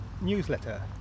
newsletter